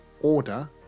order